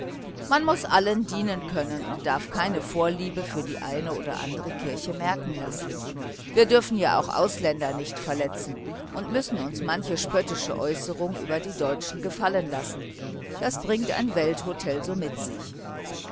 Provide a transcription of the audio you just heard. man muß allen dienen können und darf keine vorliebe für die eine oder andere konfession merken lassen wir dürfen ja auch ausländer nicht verletzen und müssen uns manche spöttische äußerung über die deutschen gefallen lassen das bringt ein welthotel so mit sich